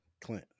Clint